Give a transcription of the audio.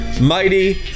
mighty